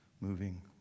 moving